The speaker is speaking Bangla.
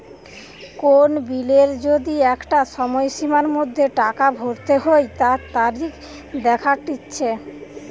কোন বিলের যদি একটা সময়সীমার মধ্যে টাকা ভরতে হই তার তারিখ দেখাটিচ্ছে